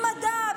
במדע,